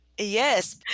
Yes